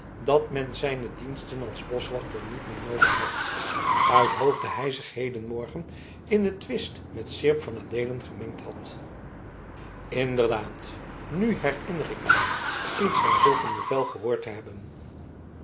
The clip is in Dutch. dat men zijne diensten als boschwachter niet meer noodig had uithoofde hij zich hedenmorgen in den twist met seerp van adeelen gemengd had inderdaad nu herinner ik mij iets van zulk een bevel gehoord te hebben